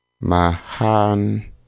Mahan